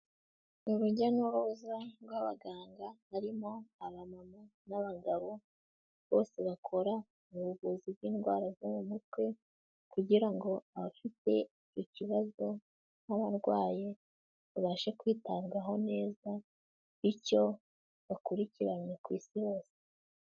Urujya n'uruza rw'abaganga harimo abamama n'abagabo, bose bakora ubuvuzi bw'indwara zo mu mutwe kugira ngo abafite ikibazo nk'abarwayi babashe kwitabwaho neza, bityo bakurikiranye ku Isi hose.